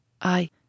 I